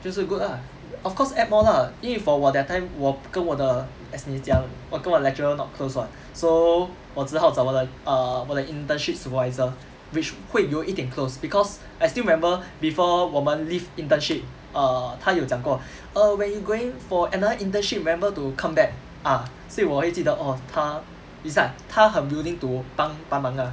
就是 good lah of course add more lah 因为 for 我 that time 我跟我的 as 你讲我跟我 lecturer not close [what] so 我只好找我的 err 我的 internship supervisor which 会有一点 close because I still remember before 我们 leave internship err 他有讲过 err when you going for another internship remember to come back ah 所以我会记得 oh 他 it's like 他很 willing to 帮帮忙的 lah